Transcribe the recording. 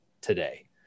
today